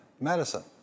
Medicine